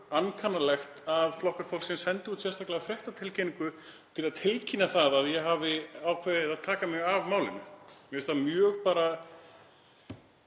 ankannalegt að Flokkur fólksins sendi út sérstaklega fréttatilkynningu til að tilkynna það að ég hafi ákveðið að taka mig af málinu. Mér finnst það mjög